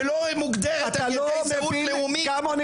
ולא מוגדרת על ידי זהות לאומית.